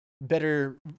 better